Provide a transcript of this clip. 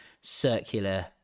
circular